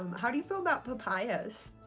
um how do you feel about papayas?